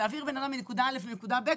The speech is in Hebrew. להעביר בן אדם מנקודה א' לנקודה ב',